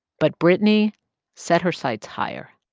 but brittany set her sights higher.